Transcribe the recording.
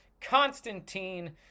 Constantine